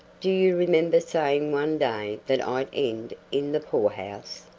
do you remember saying one day that i'd end in the poorhouse?